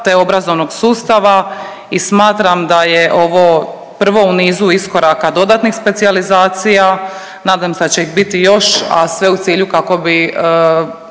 te obrazovnog sustava i smatram da je ovo prvo u nizu iskoraka dodatnih specijalizacija, nadam se da će ih biti još, a sve u cilju kako bi